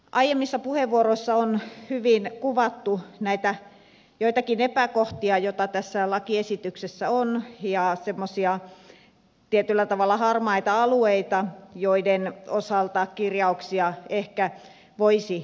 aiemmissa puheenvuoroissa on hyvin kuvattu näitä joitakin epäkohtia joita tässä lakiesityksessä on ja semmoisia tietyllä tavalla harmaita alueita joiden osalta kirjauksia ehkä voisi selkeyttää